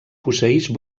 posseïx